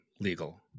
legal